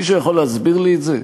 מישהו יכול להסביר לי את זה?